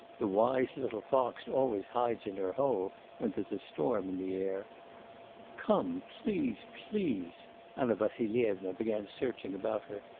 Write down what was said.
the wise little fox always hides in her hole when there's a storm in the air come, please, please anna vassilyevna began searching about her.